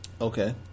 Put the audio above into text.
Okay